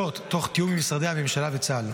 תוך תיאום עם משרדי הממשלה וצה"ל.